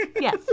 Yes